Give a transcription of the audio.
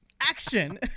action